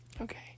Okay